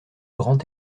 grand